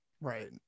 Right